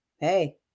hey